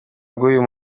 bw’uyu